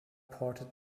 ported